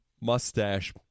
mustache